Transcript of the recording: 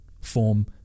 form